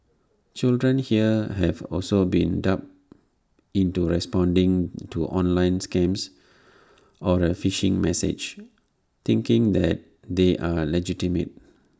children here have also been duped into responding to online scams or A phishing message thinking that they are legitimate